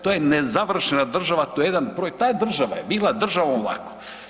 To je nezavršena država, to je jedan projekt, ta je država bila država ovako.